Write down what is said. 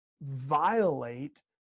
violate